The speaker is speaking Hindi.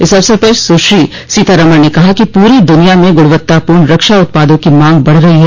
इस अवसर पर सुश्री सीतारमण ने कहा कि पूरी दुनिया में गुणवत्तापूर्ण रक्षा उत्पादों की मांग बढ़ रही है